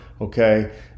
okay